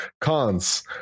Cons